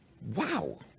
Wow